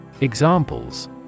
Examples